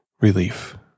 relief